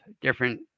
different